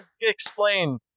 explain